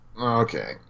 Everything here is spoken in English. Okay